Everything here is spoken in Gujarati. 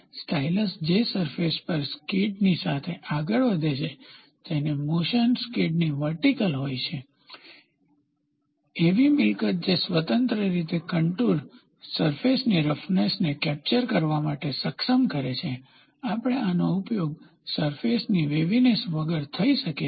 સ્ટાઇલસ જે સરફેસ પર સ્કિડની સાથે આગળ વધે છે તેની મોશન સ્કિડની વર્ટીકલ હોય છે એવી મિલકત જે સ્વતંત્ર રીતે કન્ટુર સરફેસની રફનેસને કેપ્ચર માટે સક્ષમ કરે છે આપણે આનો ઉપયોગ સરફેસની વેવીનેસ વગર થઈ છે